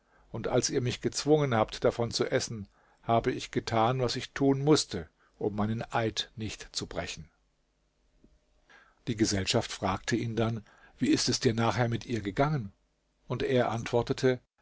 und als ihr mich gezwungen habt davon zu essen habe ich getan was ich tun mußte um meinen eid nicht zu brechen die gesellschaft fragte ihn dann wie ist es dir nachher mit ihr gegangen und er antwortete